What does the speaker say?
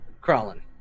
crawling